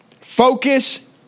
Focus